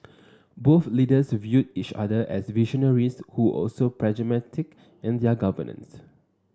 both leaders viewed each other as visionaries who were also pragmatic in their governance